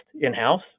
in-house